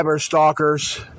stalkers